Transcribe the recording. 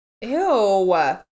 Ew